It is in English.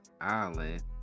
island